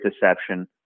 deception